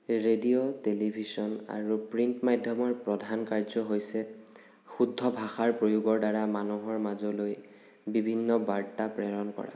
radio television আৰু print মাধ্য়মৰ প্ৰধান কাৰ্য্য় হৈছে শুদ্ধ ভাষাৰ প্ৰয়োগৰ দ্বাৰা মানুহৰ মাজলৈ বিভিন্ন বাৰ্তা প্ৰেৰণ কৰা